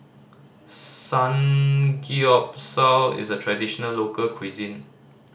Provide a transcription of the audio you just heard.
samgeyopsal is a traditional local cuisine